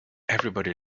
everybody